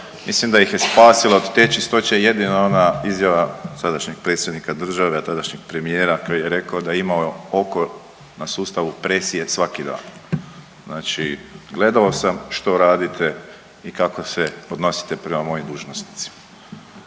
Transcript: Mislim da ih je spasila od te čistoće jedina ona izjava sadašnjeg predsjednika države, a tadašnjeg premijera kad je rekao da je imao oko na sustavu presije svaki dan. Znači gledao sam što radite i kako se odnosite prema mojim dužnosnicima.